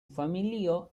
familio